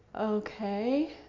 Okay